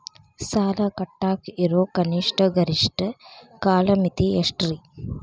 ಸಾಲ ಕಟ್ಟಾಕ ಇರೋ ಕನಿಷ್ಟ, ಗರಿಷ್ಠ ಕಾಲಮಿತಿ ಎಷ್ಟ್ರಿ?